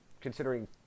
considering